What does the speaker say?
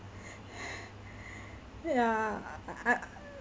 ya I